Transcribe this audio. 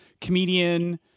Comedian